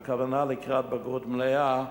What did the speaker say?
הכוונה לקראת בגרות מלאה,